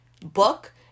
book